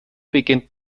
beginnt